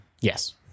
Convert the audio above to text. Yes